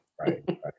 Right